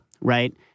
right